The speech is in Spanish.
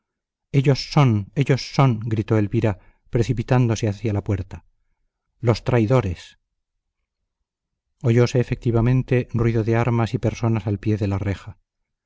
ellos son ellos son gritó elvira precipitándose hada la puerta los traidores oyóse efectivamente ruido de armas y personas al pie de la reja